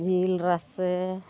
ᱡᱤᱞ ᱨᱟᱥᱮ